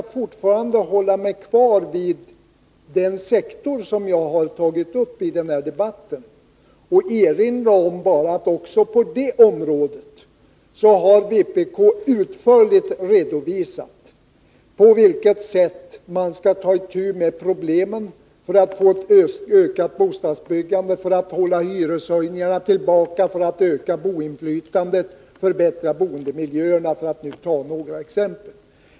Jag skall för min del hålla mig till den sektor som jag har tagit upp i den här debatten och erinra om att vpk även på detta område utförligt redovisat på vilket sätt man bör ta itu med problemen för att öka bostadsbyggandet, för att hålla tillbaka höjningarna av hyrorna, för att öka bostadsinflytandet och förbättra boendemiljöerna — för att nu ta några exempel.